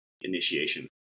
initiation